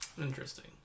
Interesting